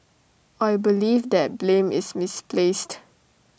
I believe that blame is misplaced